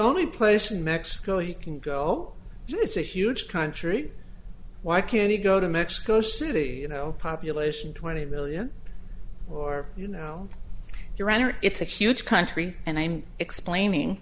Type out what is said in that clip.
only place in mexico he can go it's a huge country why can't he go to mexico city you know population twenty million or you know your honor it's a huge country and i'm explaining